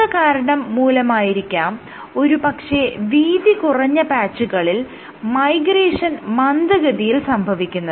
പ്രസ്തുത കാരണം മൂലമായിരിക്കാം ഒരു പക്ഷെ വീതി കുറഞ്ഞ പാച്ചുകളിൽ മൈഗ്രേഷൻ മന്ദഗതിയിൽ സംഭവിക്കുന്നത്